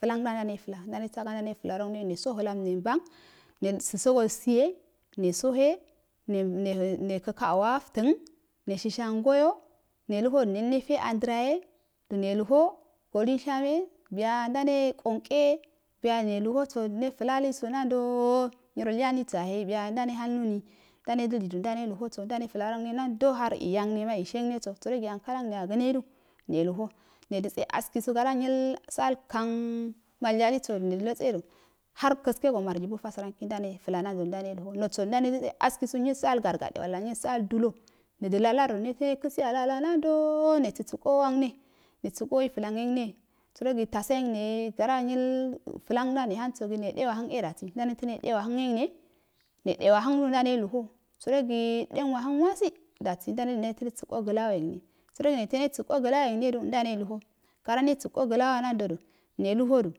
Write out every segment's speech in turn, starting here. Flanda ndane fla ndan saga ndane flan rohgneneso həlam flan ronghe neso həlam nemban nebogolsiye nesohe nekə nekəka aftən neshushəngoya ne lugoli nennefe andray du neluho so lunsham biya ndane konkeye buya neluaso nefla a luso nado nyiralyamniso ndane hando nyi ndanedilidu ndah eluho so ndane flaranghe nado har iyanghe ema eshegnebo sərogi ankalanghe agənedu neluho nedətse gara nyil sa'al kan malyalu sodu nedo lotse du har kəskego marjibuta səranki nda nelfia ndanelu noso ndane dətsə nyil sane gadegade wala nyil saal dulo nedə lala neto nekuialala nando nesəsə o wangne nesəo wei uangne sərogi tanayengne goural nyil flanda ne hang sp e dasoginede wahang emgne nedde wahəng do ndane luhoo sərogi dewaləngal wabi dasi ndane ne səo glawong ne sərogi neto nasəo glawongnedo ndane luho gara neso glawon nadodo neluhoodu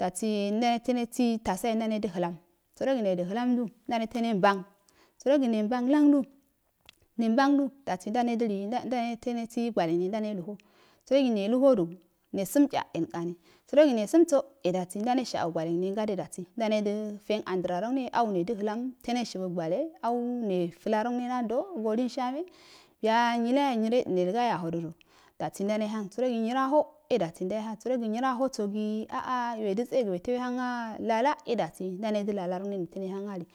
dasi ndane nete nesi lasa ye ndane dəhəlam sərog nedəhəlandu ndome to ne mbang sə rogi nembang laudi nembandu ndom dili ndane ndame tonesi gwalongne ndane duho sorogi neluhodu nesum tcha elnkani səroginesun so e dasi ndane shao gwalengne gada dasi ndane do jens andranrongne au nedəhəlam to neshibu gwale au neflarongne hando go lingahnen biya nyileyayahe nyiro yidəne igayo hudodo dasi ndane lang sərogi nyiro aho e busi ndane hang sərogi iyiro ahosogi wa wedəbidu we to hang alala e dasi ndane də lalarongne ne to nehang ali,